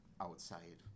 outside